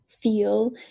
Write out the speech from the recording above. feel